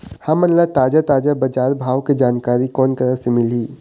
हमन ला ताजा ताजा बजार भाव के जानकारी कोन करा से मिलही?